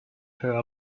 her